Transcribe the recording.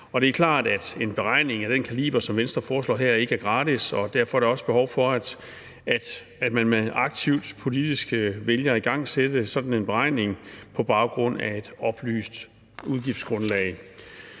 Det er klart, at en beregning af den kaliber, som Venstre foreslår her, ikke er gratis, og derfor er der også behov for, at man aktivt politisk vælger at igangsætte sådan en beregning på baggrund af et oplyst udgiftsgrundlag.